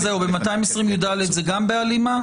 ב-220יא זה גם בהלימה?